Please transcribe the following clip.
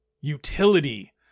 utility